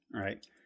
right